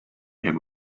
him